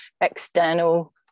external